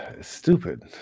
Stupid